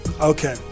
Okay